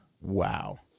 Wow